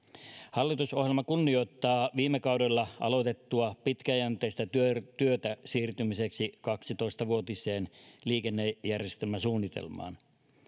hallitusohjelma kunnioittaa viime kaudella aloitettua pitkäjänteistä työtä työtä siirtymiseksi kaksitoista vuotiseen liikennejärjestelmäsuunnitelmaan